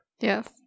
Yes